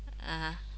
(uh huh)